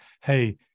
hey